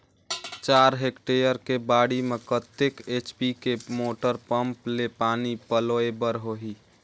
चार हेक्टेयर के बाड़ी म कतेक एच.पी के मोटर पम्म ले पानी पलोय बर होही?